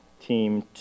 Team